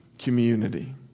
community